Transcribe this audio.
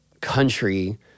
country